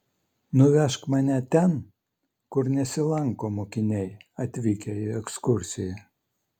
nuvežk mane ten kur nesilanko mokiniai atvykę į ekskursiją